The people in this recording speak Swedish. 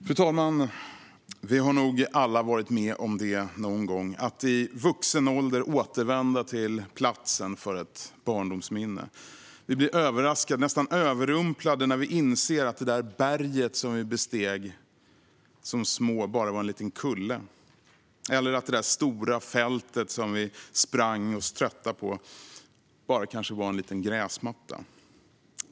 Fru talman! Vi har nog alla varit med om det någon gång - att i vuxen ålder återvända till platsen för ett barndomsminne. Vi blir överraskade och nästan överrumplade när vi inser att det där berget vi besteg som små egentligen bara var en liten kulle, eller att det stora fältet som vi sprang oss trötta på kanske bara var en liten gräsmatta.